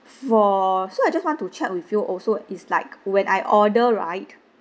for so I just want to check with you also is like when I order right